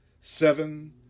seven